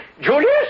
Julius